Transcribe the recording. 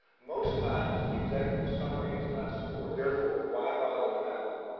most times the executive summary is not scored. therefore, why bother to have one?